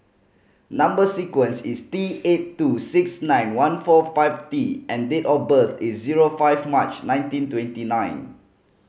number sequence is T eight two six nine one four five T and date of birth is zero five March nineteen twenty nine